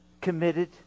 committed